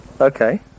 Okay